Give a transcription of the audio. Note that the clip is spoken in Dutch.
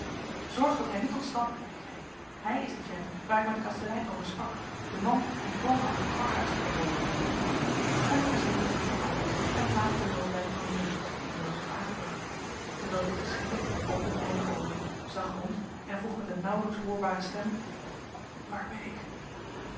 zorg dat hij niet ontsnappe zeide ik hij is de vent waar ik met den kastelein over sprak de man die plan had het pakhuis te berooven men verzekerde zich van andries en plaatste lodewijk op een burrie die inmiddels was aangebracht terwijl dit geschiedde opende hij de oogen zag rond en vroeg met een nauwelijks hoorbare stem waar ben ik